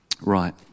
Right